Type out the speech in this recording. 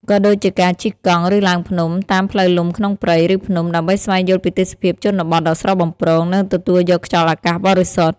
ក៏ដូចជាការជិះកង់ ឬឡើងភ្នំ តាមផ្លូវលំក្នុងព្រៃ ឬភ្នំ ដើម្បីស្វែងយល់ពីទេសភាពជនបទដ៏ស្រស់បំព្រង និងទទួលយកខ្យល់អាកាសបរិសុទ្ធ។